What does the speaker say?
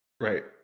right